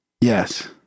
Yes